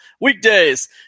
Weekdays